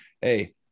hey